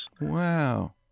Wow